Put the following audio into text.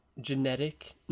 genetic